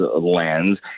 lens